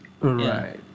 Right